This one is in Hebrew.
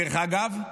דרך אגב,